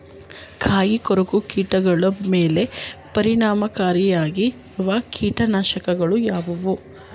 ಕಾಯಿಕೊರಕ ಕೀಟಗಳ ಮೇಲೆ ಪರಿಣಾಮಕಾರಿಯಾಗಿರುವ ಕೀಟನಾಶಗಳು ಯಾವುವು?